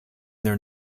their